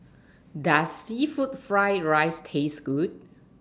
Does Seafood Fried Rice Taste Good